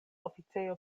oficejo